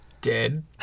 dead